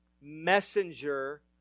messenger